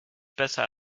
besser